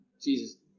Jesus